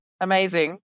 Amazing